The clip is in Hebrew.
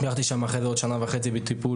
הייתי שם אחרי זה עוד שנה וחצי בטיפול